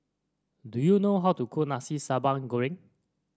do you know how to cook Nasi Sambal Goreng